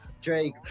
Drake